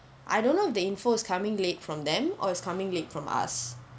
I don't know if the information is coming late from them or is coming late from us